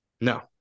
No